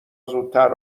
زودتر